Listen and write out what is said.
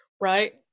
right